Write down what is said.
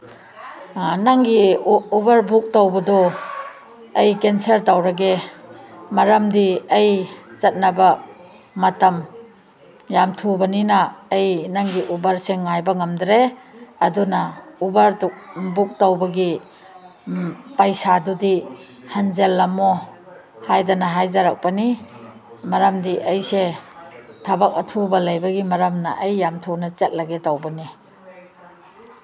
ꯅꯪꯒꯤ Uber book ꯇꯧꯕꯗꯣ ꯑꯩ ꯀꯦꯟꯁꯦꯜ ꯇꯧꯔꯒꯦ ꯃꯔꯝꯗꯤ ꯑꯩ ꯆꯠꯅꯕ ꯃꯇꯝ ꯌꯥꯝ ꯊꯨꯕꯅꯤꯅ ꯑꯩ ꯅꯪꯒꯤ ꯎꯕꯔꯁꯦ ꯉꯥꯏꯕ ꯉꯝꯗ꯭ꯔꯦ ꯑꯗꯨꯅ ꯎꯕꯔꯗꯨ ꯕꯨꯛ ꯇꯧꯕꯒꯤ ꯄꯩꯁꯥꯗꯨꯗꯤ ꯍꯟꯖꯤꯜꯂꯝꯃꯣ ꯍꯥꯏꯗꯅ ꯍꯥꯏꯖꯔꯛꯄꯅꯤ ꯃꯔꯝꯗꯤ ꯑꯩꯁꯦ ꯊꯕꯛ ꯑꯊꯨꯕ ꯂꯩꯕꯒꯤ ꯃꯔꯝꯅ ꯑꯩ ꯌꯥꯝ ꯊꯨꯅ ꯆꯠꯂꯒꯦ ꯇꯧꯕꯅꯦ